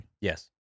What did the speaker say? Yes